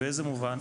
באיזה מובן?